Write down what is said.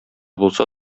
булса